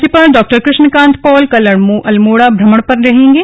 राज्यपाल डॉ कृष्णा कांत पॉल कल अल्मोड़ा भ्रमण पर रहेंगे